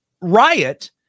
riot